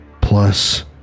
plus